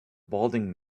balding